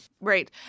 Right